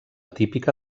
típica